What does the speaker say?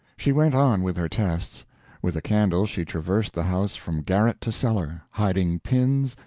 she went on with her tests with a candle she traversed the house from garret to cellar, hiding pins,